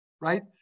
right